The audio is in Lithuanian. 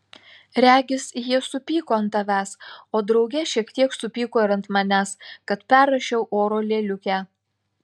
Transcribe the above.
regis jie supyko ant tavęs o drauge šiek tiek supyko ir ant manęs kad perrašiau oro lėliukę